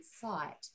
sight